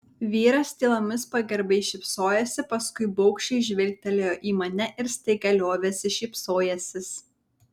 vyras tylomis pagarbiai šypsojosi paskui baugščiai žvilgtelėjo į mane ir staiga liovėsi šypsojęsis